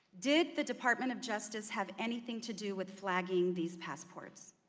did the department of justice have anything to do with flagging these passports?